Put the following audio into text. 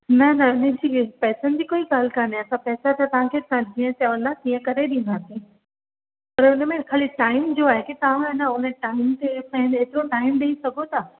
न न दीदी पैसनि जी कोई ॻाल्हि कान्हे असां पैसा त तव्हांखे जीअं चवंदा तीअं करे ॾींदासीं पर हुनमें ख़ाली टाइम जो आहे तव्हां हेन टाइम ते असां खे हेतिरो टाइम ॾई सघो था